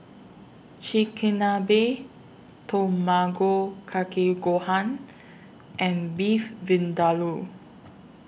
Chigenabe Tamago Kake Gohan and Beef Vindaloo